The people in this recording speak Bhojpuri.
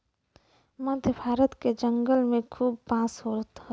मध्य भारत के जंगल में खूब बांस होत हौ